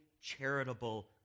charitable